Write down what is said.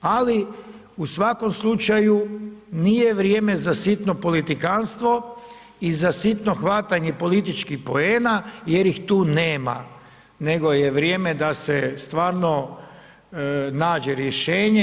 Ali u svakom slučaju nije vrijeme za sitno politikanstvo i za sitno hvatanje političkih poena jer ih tu nema nego je vrijeme da se stvarno nađe rješenje.